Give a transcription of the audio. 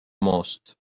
most